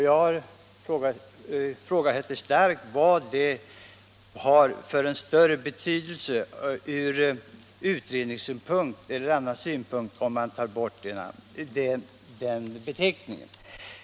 Jag ifrågasätter starkt vad det har för betydelse från utredningssynpunkt eller annan synpunkt, om man tar bort den beteckningen.